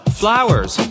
flowers